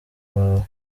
wawe